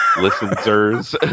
Listeners